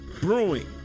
brewing